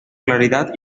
claridad